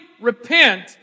repent